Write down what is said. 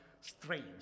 strange